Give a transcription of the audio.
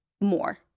more